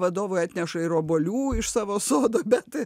vadovui atneša ir obuolių iš savo sodo bet